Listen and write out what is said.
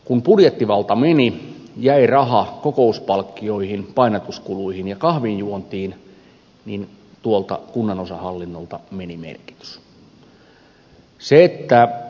kun budjettivalta meni jäi raha kokouspalkkioihin painatuskuluihin ja kahvinjuontiin niin tuolta kunnanosahallinnolta meni merkitys